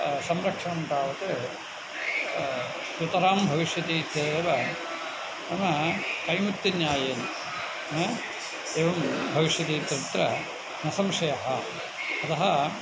संरक्षणं तावत् सुतरां भविष्यति इत्येतदेव नाम कैमुत्यिकन्यायेन एवं भविष्यति इत्यत्र न संशयः अतः